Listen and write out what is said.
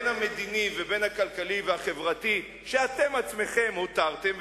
בין המדיני ובין הכלכלי והחברתי שאתם עצמכם הותרתם,